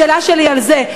השאלה שלי היא על זה.